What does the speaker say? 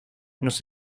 nos